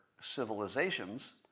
civilizations